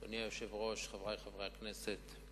אדוני היושב-ראש, חברי חברי הכנסת,